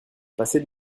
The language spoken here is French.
passer